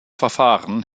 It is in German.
verfahren